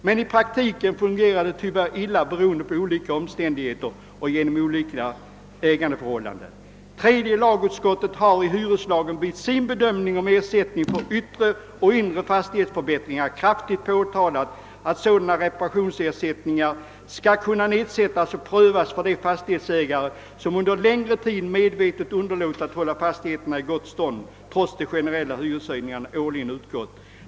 Men i praktiken fungerar det hela illa av olika omständigheter, inte minst de invecklade ägandeförhållandena. Tredje lagutskottet påtalade kraftigt vid sin behandling av det avsnitt i hyreslagen, som gäller ersättning för yttre och inre fastighetsförbättringar, att sådana reparationsersättningar skall kunna nedsättas och prövas för de fastighetsägare som under längre tid medvetet underlåtit att hålla fastigheterna i gott stånd trots att generella hyreshöjningar årligen utgått.